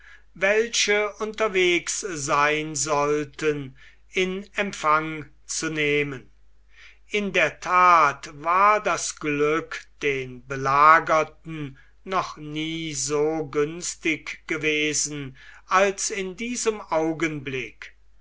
welche unterwegs sein sollten in empfang zu nehmen meter in der that war das glück den belagerten noch nie so günstig gewesen als in diesem augenblick